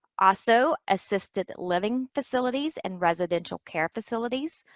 also, assisted living facilities and residential care facilities.